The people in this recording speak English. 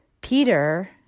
Peter